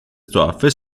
dorfes